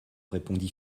répondit